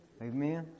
Amen